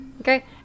Okay